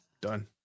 Done